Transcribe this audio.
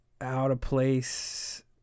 out-of-place